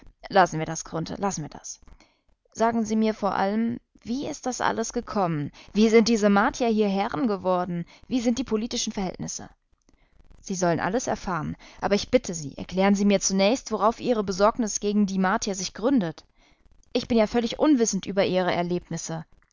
wir das grunthe lassen wir das sagen sie mir vor allem wie ist das alles gekommen wie sind diese martier hier herren geworden wie sind die politischen verhältnisse sie sollen alles erfahren aber ich bitte sie erklären sie mir zunächst worauf ihre besorgnis gegen die martier sich gründet ich bin ja völlig unwissend über ihre erlebnisse